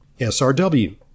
SRW